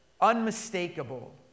unmistakable